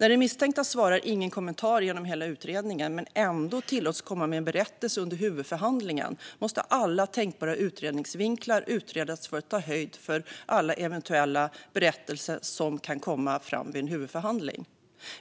När den misstänkte svarar "Ingen kommentar" genom hela utredningen men ändå tillåts komma med en berättelse under huvudförhandlingen måste alla tänkbara utredningsvinklar utredas för att ta höjd för alla eventuella berättelser som kan komma fram vid en huvudförhandling,